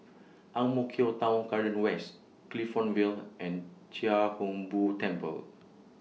Ang Mo Kio Town Garden West Clifton Vale and Chia Hung Boo Temple